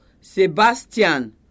Sebastian